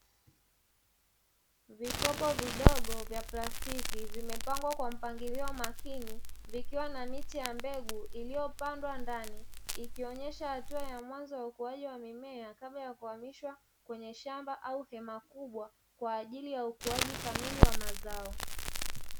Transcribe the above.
Vikopo vidogo vya plastiki vimepangwa kwa mpangilio makini vikiwa na miche ya mbegu iliyopandwa ndani, ikionyesha hatua ya mwanzo ya ukuaji wa mimea kabla ya kuhamishwa kwenye shamba au hema kubwa kwa ajili ya ukuaji kamili wa mazao.